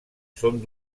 són